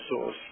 source